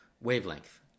wavelength